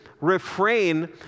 refrain